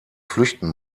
flüchten